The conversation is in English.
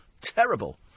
Terrible